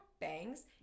bangs